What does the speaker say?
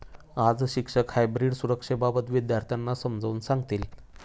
आज शिक्षक हायब्रीड सुरक्षेबाबत विद्यार्थ्यांना समजावून सांगतील